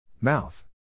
Mouth